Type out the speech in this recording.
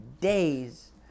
days